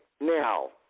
Now